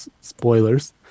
spoilers